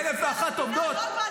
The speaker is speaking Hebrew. צריך --- אלף ואחת עובדות,